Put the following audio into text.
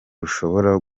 rushobora